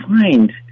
find